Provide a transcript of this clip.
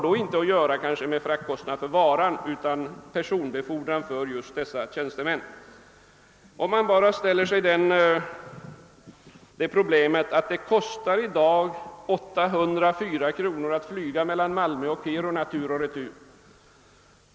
Det kostar i dag 804 kronor att flyga mellan Malmö och Kiruna tur och retur.